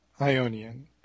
Ionian